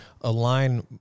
align